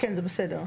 כן, זה בסדר.